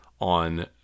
on